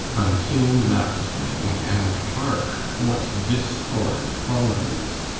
untune that string, and hark what discord follows!